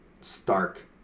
stark